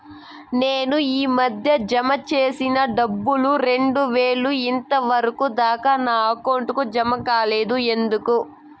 నేను ఈ మధ్య జామ సేసిన డబ్బులు రెండు వేలు ఇంతవరకు దాకా నా అకౌంట్ కు జామ కాలేదు ఎందుకు?